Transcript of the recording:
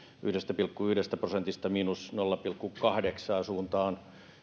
yhdestä pilkku yhdestä prosentista miinus nolla pilkku kahdeksaan suunta on